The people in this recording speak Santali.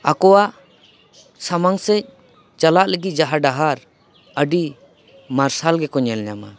ᱟᱠᱚᱣᱟᱜ ᱥᱟᱢᱟᱝ ᱥᱮᱫ ᱪᱟᱞᱟᱜ ᱞᱟᱹᱜᱤᱫ ᱡᱟᱦᱟᱸ ᱰᱟᱦᱟᱨ ᱟᱹᱰᱤ ᱢᱟᱨᱥᱟᱞ ᱜᱮᱠᱚ ᱧᱮᱞ ᱧᱟᱢᱟ